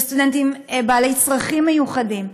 וסטודנטים בעלי צרכים מיוחדים,